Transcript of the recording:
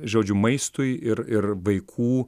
žodžių maistui ir ir vaikų